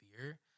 fear